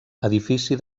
edifici